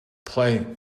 play